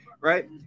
right